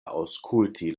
aŭskulti